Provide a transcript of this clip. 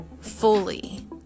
fully